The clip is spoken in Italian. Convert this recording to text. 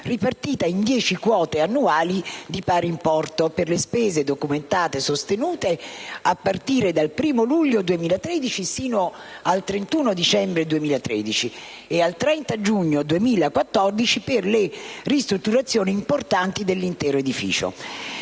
ripartita in dieci quote annuali di pari importo per le spese documentate e sostenute a partire dal 1° luglio 2013 sino al 31 dicembre 2013 e al 30 giugno 2014 per le ristrutturazioni importanti dell'intero edificio.